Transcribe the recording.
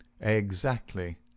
Exactly